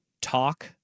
talk